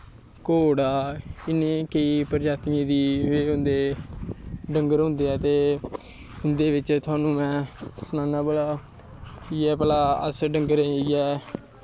घोड़ा इ'नें प्रजातिये दी होंदी डंगर होंदे ऐं ते इं'दे बिच्चा दा में सनान्नां थोहानू भला इ'यै भला अस डंगरें गी इ'यै